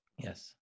Yes